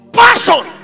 passion